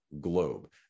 globe